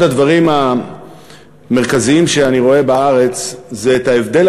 אחד הדברים המרכזיים שאני רואה בארץ הוא ההבדל